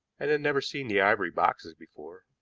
and had never seen the ivory boxes before.